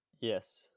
Yes